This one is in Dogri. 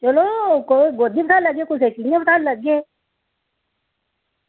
चलो कोई गोदा बैठाई लैगे कुसै गी कियां बैठाई लैगे